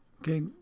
okay